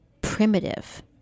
primitive